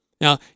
Now